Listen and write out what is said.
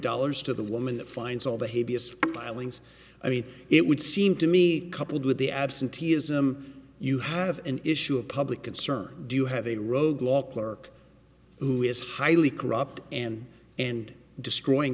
dollars to the woman that finds all the heaviest filings i mean it would seem to me coupled with the absenteeism you have an issue of public concern do you have a rogue law clerk who is highly corrupt and and destroying